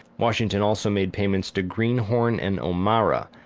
washington also made payments to greenhorne and o'mara,